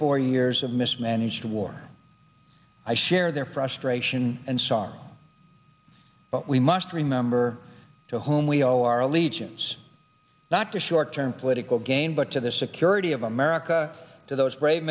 four years of mismanaged war i share their frustration and song but we must remember to whom we owe our allegiance not to short term political gain but to the security of america to those brave